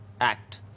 act